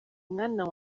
mwana